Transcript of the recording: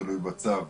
תלוי בצו,